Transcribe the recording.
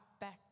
back